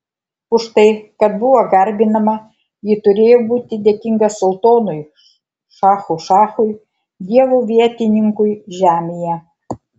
už tai kad buvo garbinama ji turėjo būti dėkinga sultonui šachų šachui dievo vietininkui žemėje